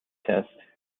test